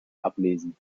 ablesen